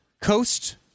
coast